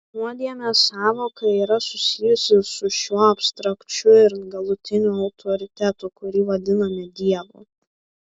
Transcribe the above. nuodėmės sąvoka yra susijusi su šiuo abstrakčiu ir galutiniu autoritetu kurį vadiname dievu